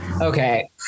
Okay